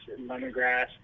lemongrass